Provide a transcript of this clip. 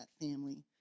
family